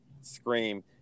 scream